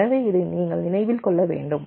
எனவே இதை நீங்கள் நினைவில் கொள்ள வேண்டும்